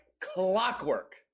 clockwork